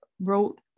wrote